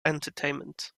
entertainment